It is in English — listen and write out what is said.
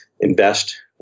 invest